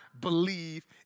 believe